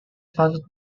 followed